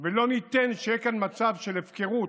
ולא ניתן שיהיה כאן מצב של הפקרות,